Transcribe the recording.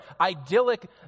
idyllic